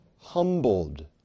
humbled